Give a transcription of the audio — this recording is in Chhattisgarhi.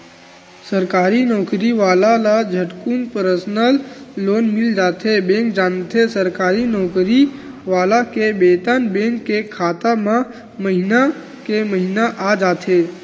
सरकारी नउकरी वाला ल झटकुन परसनल लोन मिल जाथे बेंक जानथे सरकारी नउकरी वाला के बेतन बेंक के खाता म महिना के महिना आ जाथे